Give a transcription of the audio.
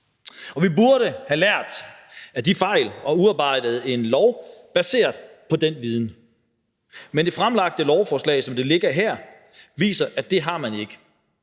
Vi burde have lært af de fejl og udarbejdet en lov baseret på den viden, men det fremsatte lovforslag, som det ligger her, viser, at det har man ikke,